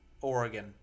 Oregon